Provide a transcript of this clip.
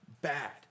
bad